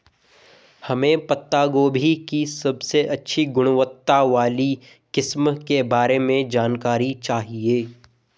हमें पत्ता गोभी की सबसे अच्छी गुणवत्ता वाली किस्म के बारे में जानकारी चाहिए?